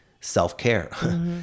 self-care